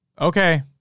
Okay